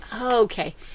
Okay